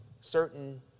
certain